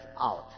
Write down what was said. out